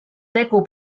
tegu